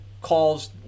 calls